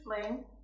flame